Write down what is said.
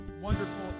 wonderful